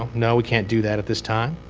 no, we can't do that at this time.